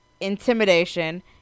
intimidation